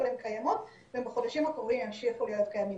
אבל הן קיימות ובחודשים הקרובים הן ימשיכו להיות קיימות.